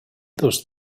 those